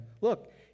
look